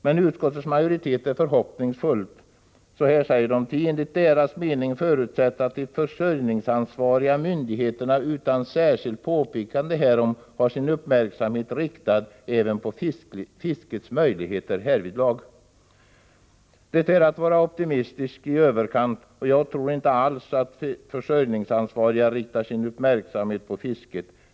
Men utskottets majoritet är förhoppningsfull, ty enligt dess mening förutsätts, heter det, att de försörjningsansvariga myndigheterna utan särskilt påpekande härom har sin uppmärksamhet riktad även på fiskets möjligheter härvidlag. Det är att vara optimistisk i överkant, och jag tror inte alls att de försörjningsansvariga riktar sin uppmärksamhet på fisket.